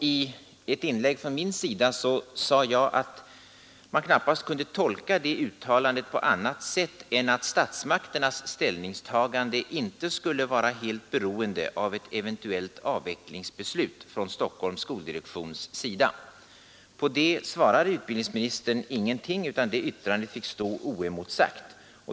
I ett inlägg sade jag att man knappast kunde tolka det uttalandet på annat sätt än att statsmakternas ställningstagande inte skulle vara helt beroende av ett eventuellt avvecklingsbeslut från Stockholms skoldirektions sida. På det svarade utbildningsministern ingenting, utan det yttrandet fick stå oemotsagt.